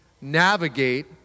navigate